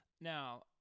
Now